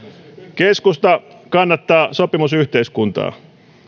keskusta kannattaa sopimusyhteiskuntaa